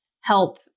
help